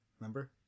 remember